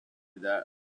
that